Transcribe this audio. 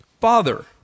Father